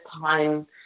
time